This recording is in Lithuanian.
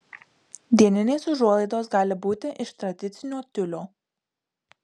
dieninės užuolaidos gali būti iš tradicinio tiulio